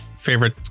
Favorite